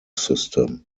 system